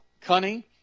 cunning